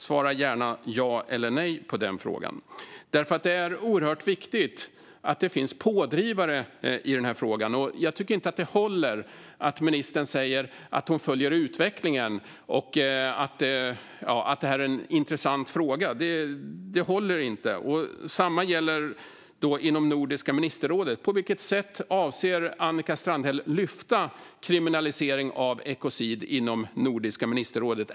Svara gärna ja eller nej på den frågan. Det är oerhört viktigt att det finns pådrivare i den här frågan, och jag tycker inte att det håller att ministern säger att hon följer utvecklingen och att det här är en intressant fråga. Det håller inte. Detsamma gäller inom Nordiska ministerrådet. På vilket sätt avser Annika Strandhäll att lyfta upp kriminalisering av ekocid inom Nordiska ministerrådet?